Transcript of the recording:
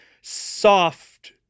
soft